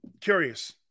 Curious